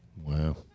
Wow